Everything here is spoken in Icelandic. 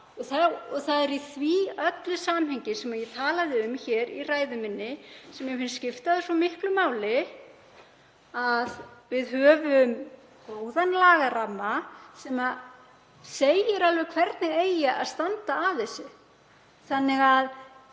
Það er í öllu því samhengi sem ég talaði um í ræðu minni sem mér finnst skipta svo miklu máli að við höfum góðan lagaramma sem segir alveg hvernig eigi að standa að þessu.